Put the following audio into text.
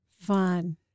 Fun